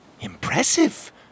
Impressive